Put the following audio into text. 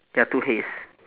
there are two hays